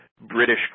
British